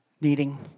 needing